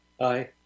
Aye